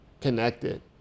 connected